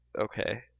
okay